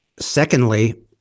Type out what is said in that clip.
Secondly